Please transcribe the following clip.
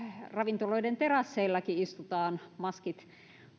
ravintoloiden terasseillakin istutaan maskit